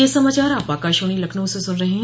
ब्रे क यह समाचार आप आकाशवाणी लखनऊ से सून रहे हैं